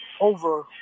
over